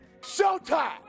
Showtime